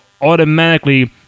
automatically